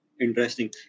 interesting